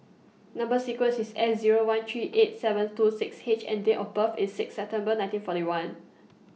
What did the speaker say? Number sequence IS S Zero one three eight seven two six H and Date of birth IS six September nineteen forty one